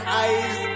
eyes